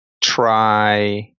try